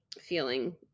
feeling